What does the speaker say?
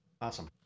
Awesome